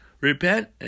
Repent